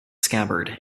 scabbard